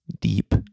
deep